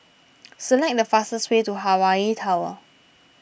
select the fastest way to Hawaii Tower